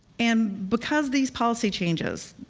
and because these policy changes,